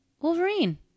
wolverine